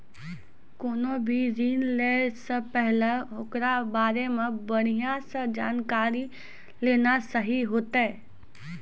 कोनो भी ऋण लै से पहिले ओकरा बारे मे बढ़िया से जानकारी लेना सही होतै